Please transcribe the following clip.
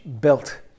built